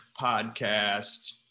Podcast